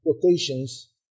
quotations